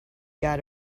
got